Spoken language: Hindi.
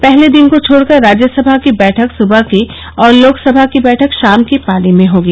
पहले दिन को छोड़कर राज्यसभा की बैठक स्बह की और लोकसभा की बैठक शाम की पाली में होगी